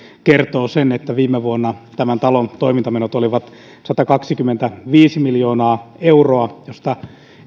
kertoo sen että viime vuonna tämän talon toimintamenot olivat satakaksikymmentäviisi miljoonaa euroa josta